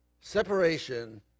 Separation